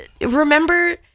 remember